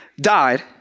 died